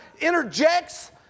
interjects